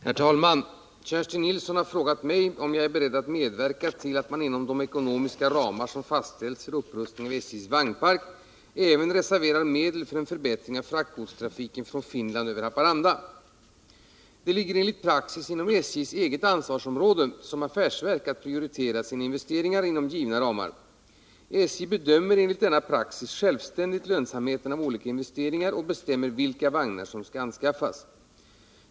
Herr talman! Kerstin Nilsson har frågat mig om jag är beredd att medverka till att man inom de ekonomiska ramar som fastställts för upprustning av SJ:s vagnpark även reserverar medel för en förbättring av fraktgodstrafiken från Finland över Haparanda. Det ligger enligt praxis inom SJ:s eget ansvarsområde som affärsverk att prioritera sina investeringar inom givna ramar. SJ bedömer enligt denna praxis självständigt lönsamheten av olika investeringar och bestämmer vilka vagnar som skall anskaffas.